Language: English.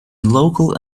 local